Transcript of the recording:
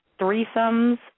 threesomes